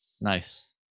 Nice